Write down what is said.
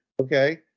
Okay